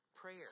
prayer